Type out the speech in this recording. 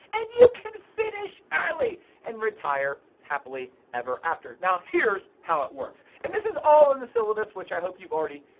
and you can finish early and retire happily ever after. now here's how it works. and this is all in the syllabus, which i hope you've already.